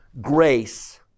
Grace